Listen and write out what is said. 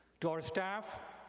to our staff,